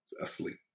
asleep